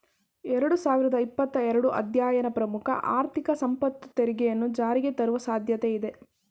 ಎರಡು ಸಾವಿರದ ಇಪ್ಪತ್ತ ಎರಡು ಅಧ್ಯಯನ ಪ್ರಮುಖ ಆರ್ಥಿಕ ಸಂಪತ್ತು ತೆರಿಗೆಯನ್ನ ಜಾರಿಗೆತರುವ ಸಾಧ್ಯತೆ ಇದೆ